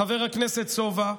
חבר הכנסת סובה,